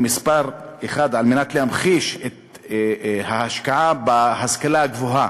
מספר אחד כדי להמחיש את ההשקעה בהשכלה הגבוהה.